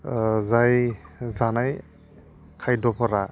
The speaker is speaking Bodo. जाय जानाय खाद्य'फोरा